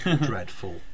dreadful